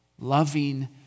loving